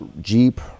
Jeep